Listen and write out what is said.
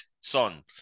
son